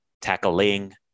tackling